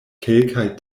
kelkaj